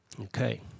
Okay